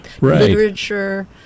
literature